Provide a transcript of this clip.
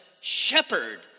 shepherd